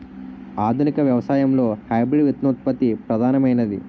ఆధునిక వ్యవసాయంలో హైబ్రిడ్ విత్తనోత్పత్తి ప్రధానమైనది